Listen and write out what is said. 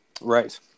right